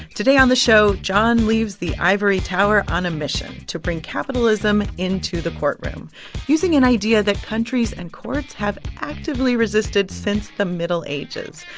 today on the show, jon leaves the ivory tower on a mission to bring capitalism into the courtroom using an idea that countries and courts have actively resisted since the middle ages,